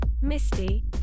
Misty